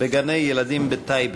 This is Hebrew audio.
בגני-ילדים בטייבה.